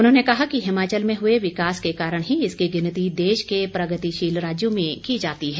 उन्होंने कहा कि हिमाचल में हुए विकास के कारण ही इसकी गिनती देश के प्रगतिशील राज्यों में की जाती है